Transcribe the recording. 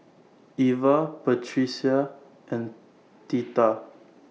Iva Patricia and Theta